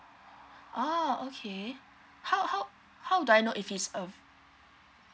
ah okay how how how do I know if he's um